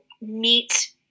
meet